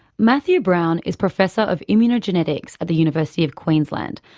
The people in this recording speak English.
matthew brown is professor of immunogenetics at the university of queensland,